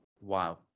Wow